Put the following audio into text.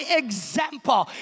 example